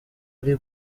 uri